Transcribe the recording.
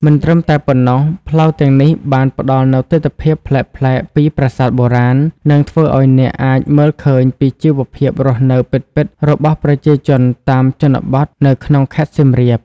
មិនត្រឹមតែប៉ុណ្ណោះ ផ្លូវទាំងនេះបានផ្ដល់នូវទិដ្ឋភាពប្លែកៗពីប្រាសាទបុរាណ និងធ្វើឲ្យអ្នកអាចមើលឃើញពីជីវភាពរស់នៅពិតៗរបស់ប្រជាជនតាមជនបទនៅក្នុងខេត្តសៀមរាប។